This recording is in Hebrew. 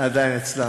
עדיין אצלם.